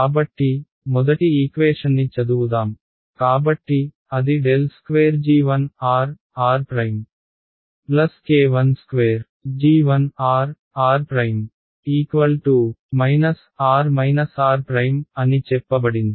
కాబట్టి మొదటి ఈక్వేషన్ని చదువుదాం కాబట్టి అది ▽2g1rr'k12g1rr' r r' అని చెప్పబడింది